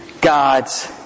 God's